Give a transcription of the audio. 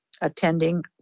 attending